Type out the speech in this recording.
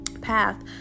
path